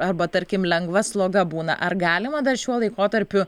arba tarkim lengva sloga būna ar galima dar šiuo laikotarpiu